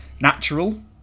natural